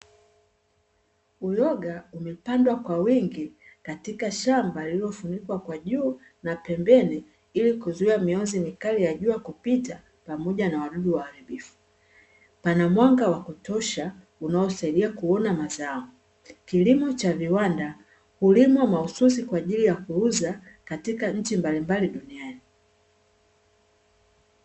Uyoga umepandwa kwa wingi katika shamba lililofunikwa kwa juu na pembeni ili kuzuia mionzi mikali ya jua kupita pamoja na wadudu waharibifu, pana mwanga wa kutosha unaosaidia kuona mazao, kilimo cha viwanda hulimwa mahususi kwa ajili ya kuuza katika nchi mbalimbali duniani.